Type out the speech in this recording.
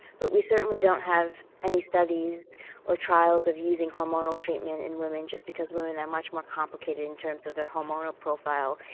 but we certainly don't have any studies or trials of using hormonal treatment in women, just because women are much more complicated in terms of their hormonal profile.